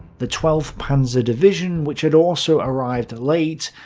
the twelfth panzer division, which had also arrived late,